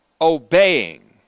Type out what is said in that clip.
obeying